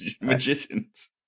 magicians